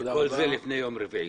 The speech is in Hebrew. וכל זה לפני יום רביעי.